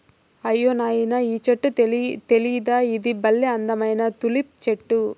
అయ్యో నాయనా ఈ చెట్టు తెలీదా ఇది బల్లే అందమైన తులిప్ చెట్టు